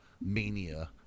mania